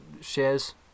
shares